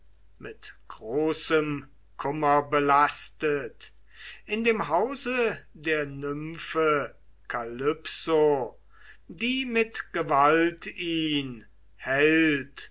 mit großem kummer belastet in dem hause der nymphe kalypso die mit gewalt ihn hält